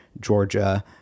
Georgia